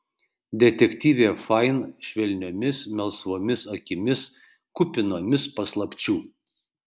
detektyvė fain švelniomis melsvomis akimis kupinomis paslapčių